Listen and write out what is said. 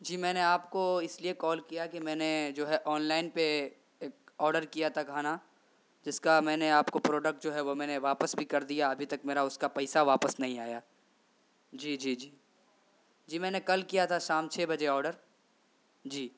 جی میں نے آپ کو اس لیے کال کیا کہ میں نے جو ہے آن لائن پہ ایک آڈر کیا تھا کھانا جس کا میں نے آپ کو پروڈکٹ جو ہے میں نے واپس بھی کر دیا ابھی تک میرا اس کا پیسہ واپس نہیں آیا جی جی جی جی میں نے کل کیا تھا شام چھ بجے آڈر جی